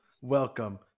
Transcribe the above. Welcome